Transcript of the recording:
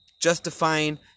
justifying